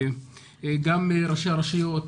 גם ראשי הרשויות,